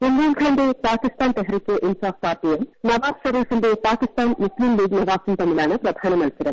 ഇംമ്രാൻഖാന്റെ പാകിസ്ഥാൻ തെഹ്രീകെ ഇൻസാഫ് പാർട്ടിയും നവാസ് ഷെരീഫിന്റെ പാകിസ്ഥാൻ മുസ്തീം ലീഗ് നവാസും തമ്മിലാണ് പ്രധാന മത്സരം